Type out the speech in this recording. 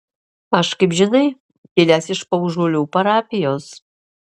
aš kaip žinai kilęs iš paužuolių parapijos